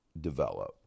develop